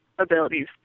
abilities